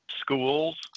schools